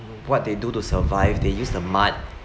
what they do to survive they use the mud